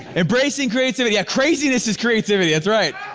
embracing creativity, yeah craziness is creativity, that's right.